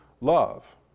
love